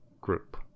group